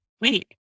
Wait